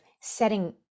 setting